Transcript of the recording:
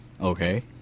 Okay